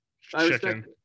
Chicken